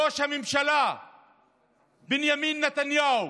ראש הממשלה בנימין נתניהו